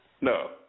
No